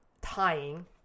tying